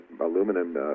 aluminum